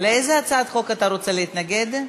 לאיזו הצעת חוק אתה רוצה להתנגד?